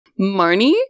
Marnie